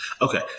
Okay